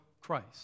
Christ